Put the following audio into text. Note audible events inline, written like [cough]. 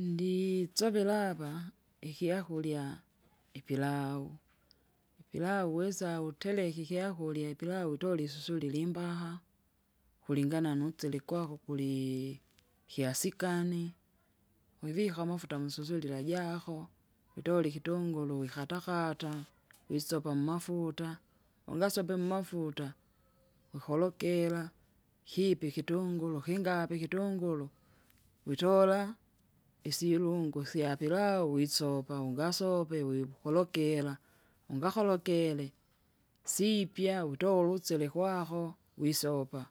Ndii soverava ukyakurya, ipilau, ipilau uweza utereke ikyakurya ipilau utole isusule limbaha, kulingana nunsile kwako kulii kiasikani, [noise] wivika amafuta mususulila jako, [noise] utole ikutunguru wikata kata wisopa mmafuta, ungasope mmafuta, wikologera, kipye ikitunguru kingapye ikitunguru, witora, isyirungu syapilau wisopa ungaswope wipu kulokira, ungakolokire, siipya utowo ulusele kwako, wisopa,